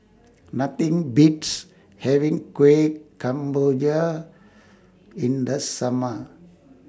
Nothing Beats having Kueh Kemboja in The Summer